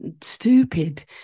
stupid